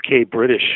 UK-British